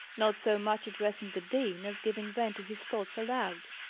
not so much addressing the dean, as giving vent to his thoughts aloud.